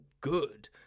good